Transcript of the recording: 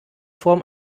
form